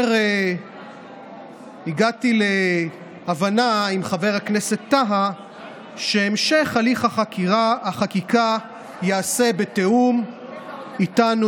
והגעתי להבנה עם חבר הכנסת טאהא שהמשך הליך החקיקה ייעשה בתיאום איתנו,